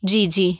जी जी